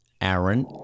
Aaron